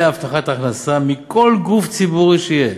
הבטחת הכנסה מכל גוף ציבורי שיהיה,